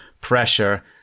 pressure